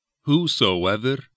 Whosoever